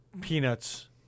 peanuts